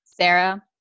Sarah